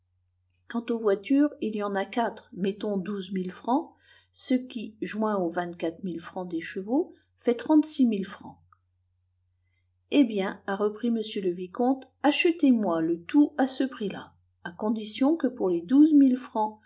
quant aux voitures il y en a quatre mettons douze mille francs ce qui joint aux vingt-quatre mille francs des chevaux fait trente-six mille francs eh bien a repris m le vicomte achetez-moi le tout à ce prix-là à condition que pour les douze mille francs